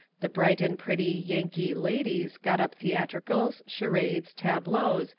the bright and pretty yankee ladies got up theatricals, charades, tableaux,